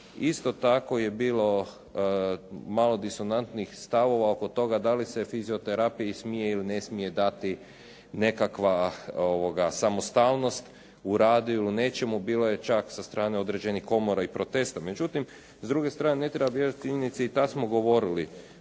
isto tako je bilo malo disonantnih stavova oko toga da li se fizioterapiji smije dati nekakva samostalnost u radu ili u nečemu. Bilo je čak sa strane određenih komora i protesta. Međutim, s druge strane ne treba bježati činjenici i tad smo govorili